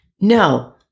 No